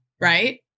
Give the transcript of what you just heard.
right